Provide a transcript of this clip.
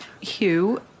Hugh